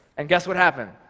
and guess what happened?